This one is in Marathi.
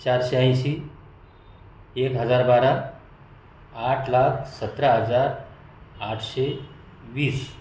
चारशे ऐंशी एक हजार बारा आठ लाख सतरा हजार आठशे वीस